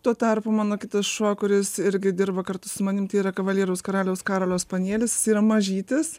tuo tarpu mano kitas šuo kuris irgi dirba kartu su manim tai yra kavalieriaus karaliaus karolio spanielis jis yra mažytis